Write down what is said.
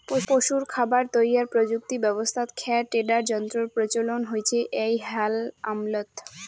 পশুর খাবার তৈয়ার প্রযুক্তি ব্যবস্থাত খ্যার টেডার যন্ত্রর প্রচলন হইচে এ্যাই হাল আমলত